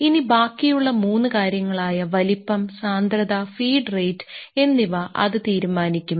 ഇനി ബാക്കിയുള്ള മൂന്ന് കാര്യങ്ങളായ വലിപ്പം സാന്ദ്രത ഫീഡ് റേറ്റ് എന്നിവ അത് തീരുമാനിക്കും